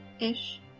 Ish